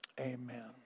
Amen